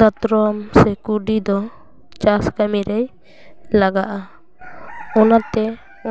ᱫᱟᱛᱨᱚᱢ ᱥᱮ ᱠᱩᱰᱤ ᱫᱚ ᱪᱟᱥ ᱠᱟᱹᱢᱤᱨᱮ ᱞᱟᱜᱟᱜᱼᱟ ᱚᱱᱟᱛᱮ